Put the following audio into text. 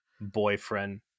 boyfriend